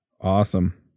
Awesome